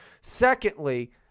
Secondly